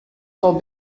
frau